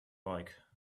like